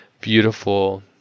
beautiful